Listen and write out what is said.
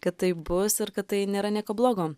kad taip bus ir kad tai nėra nieko blogo